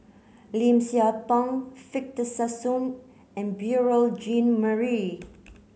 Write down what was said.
Lim Siah Tong Victor Sassoon and Beurel Jean Marie